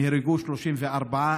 נהרגו 34,